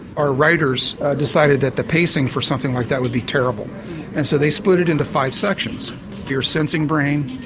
our writers decided that the pacing for something like that would be terrible and so they split it into five sections your sensing brain,